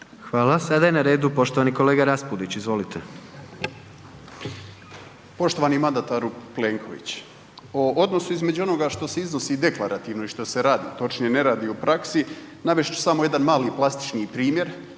vam. Sada je na redu poštovani kolega Raspudić. Izvolite. **Raspudić, Nino (Nezavisni)** Poštovani mandataru Plenković. O odnosu između onoga što se iznosi deklarativno i što se radi, točnije ne radi u praksi navest ću samo jedan mali plastični primjer